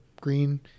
green